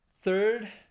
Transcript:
Third